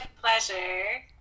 pleasure